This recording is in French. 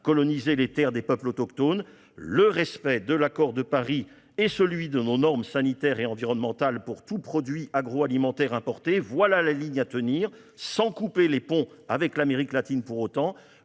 coloniser les terres des peuples autochtones. Le respect de l'accord de Paris et celui de nos normes sanitaires et environnementales pour tout produit agroalimentaire importé, voilà la ligne à tenir, sans pour autant couper les ponts avec l'Amérique latine.